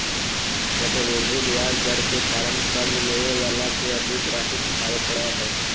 चक्रवृद्धि ब्याज दर के कारण कर्ज लेवे वाला के अधिक राशि चुकावे पड़ऽ हई